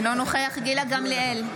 אינו נוכח גילה גמליאל,